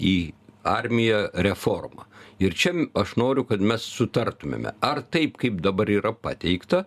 į armiją reforma ir čia aš noriu kad mes sutartumėme ar taip kaip dabar yra pateikta